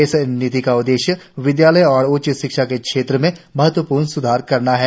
इस नीति का उद्देश्य विद्यालय और उच्च शिक्षा के क्षेत्र में महत्वपूर्ण स्धार करना है